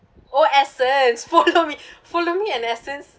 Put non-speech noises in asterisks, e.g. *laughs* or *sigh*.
oh essence follow me *laughs* follow me and essence